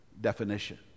definition